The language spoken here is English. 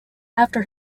after